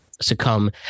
Succumb